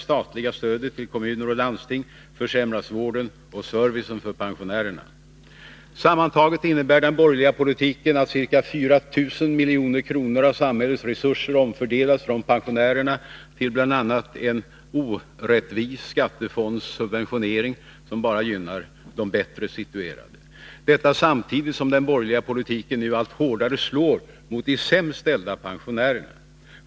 Sammantaget innebär den borgerliga politiken att ca 4 000 milj.kr. av samhällets resurser omfördelats från pensionärerna till bl.a. en orättvis skattefondsubventionering, som bara gynnar de bättre situerade. Detta samtidigt som den borgerliga politiken nu allt hårdare slår mot de sämst ställda pensionärerna.